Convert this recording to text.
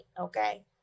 okay